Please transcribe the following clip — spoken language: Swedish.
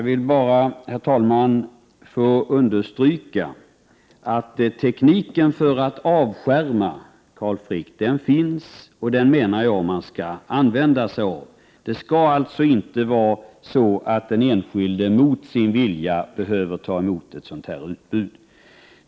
Herr talman! Jag vill bara understryka att tekniken för att avskärma finns, Carl Frick, och den skall användas. Det skall alltså inte vara så att den enskilde mot sin vilja behöver ta emot ett sådant här utbud.